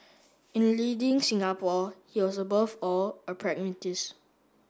in leading Singapore he was above all a pragmatist